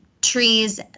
trees